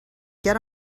get